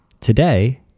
today